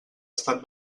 estat